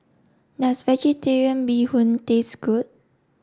does vegetarian bee hoon taste good